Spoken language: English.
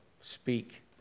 speak